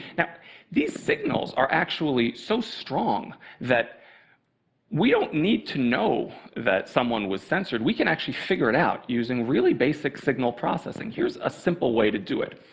now these signals are actually so strong that we don't need to know that someone was censored. we can actually figure it out using really basic signal processing. here's a simple way to do it.